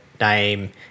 name